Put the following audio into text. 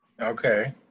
Okay